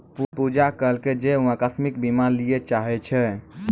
पूजा कहलकै जे वैं अकास्मिक बीमा लिये चाहै छै